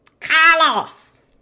Carlos